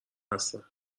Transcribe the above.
هستم